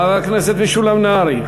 חבר הכנסת משולם נהרי.